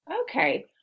Okay